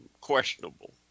questionable